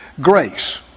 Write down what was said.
grace